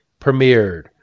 premiered